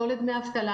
לא לדמי אבטלה